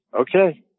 okay